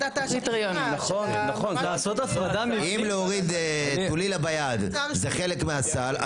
אם להוריד טולילה ביד זה חלק מהסל,